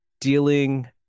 dealing